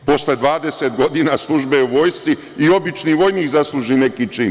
Posle 20 godina službe u vojsci i obični vojnik zasluži neki čin.